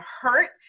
hurt